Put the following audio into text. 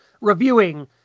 reviewing